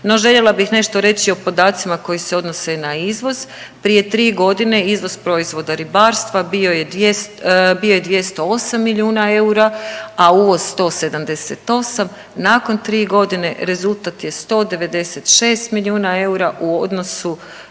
No željela bih nešto reći o podacima koji se odnose i na izvoz. Prije 3 godine izvoz proizvoda ribarstva bio je 200, bio je 208 miliona eura, a uvoz 178. Nakon 3 godine rezultat je 196 milijuna eura u odnosu,